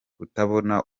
kutabona